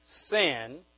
Sin